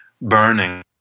burning